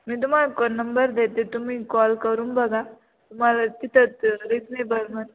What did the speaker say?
मी तुम्हाला क नंबर देते तुम्ही कॉल करून बघा तुम्हाला तिथंच रिजनेबल मग